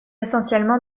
essentiellement